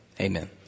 amen